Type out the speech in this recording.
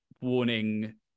warning